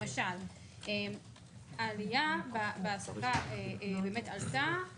למשל עלייה בהעסקה עלתה.